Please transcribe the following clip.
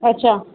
अच्छा